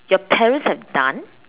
your parents have done